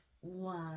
One